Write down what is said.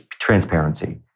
transparency